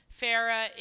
Farah